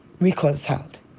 Reconciled